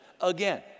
again